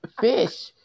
fish